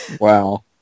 Wow